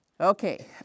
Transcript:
Okay